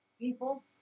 people